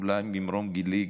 אולי ממרום גילי,